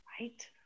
right